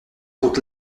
route